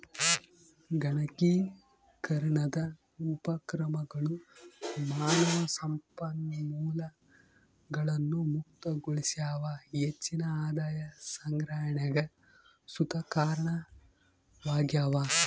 ಗಣಕೀಕರಣದ ಉಪಕ್ರಮಗಳು ಮಾನವ ಸಂಪನ್ಮೂಲಗಳನ್ನು ಮುಕ್ತಗೊಳಿಸ್ಯಾವ ಹೆಚ್ಚಿನ ಆದಾಯ ಸಂಗ್ರಹಣೆಗ್ ಸುತ ಕಾರಣವಾಗ್ಯವ